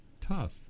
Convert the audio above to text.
tough